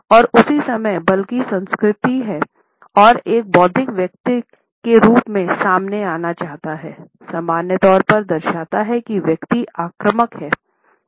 और उसी समय बल्कि संस्कृति हैं और एक बौद्धिक व्यक्ति के रूप में सामने आना चाहता है सामान्य तौर पर दर्शाता हैं कि व्यक्ति आक्रामक है